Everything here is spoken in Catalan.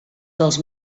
dels